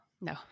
No